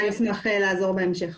אשמח לעזור בהמשך.